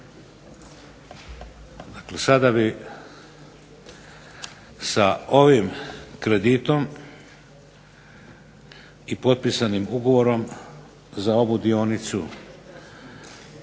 godine. Sada bi sa ovim kreditom i potpisanim ugovorom za ovu dionicu